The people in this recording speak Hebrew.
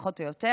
פחות או יותר,